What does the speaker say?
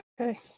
Okay